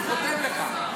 אני חותם לך.